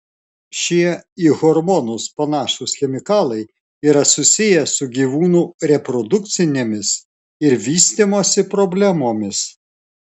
šie į hormonus panašūs chemikalai yra susiję su gyvūnų reprodukcinėmis ir vystymosi problemomis